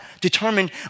determined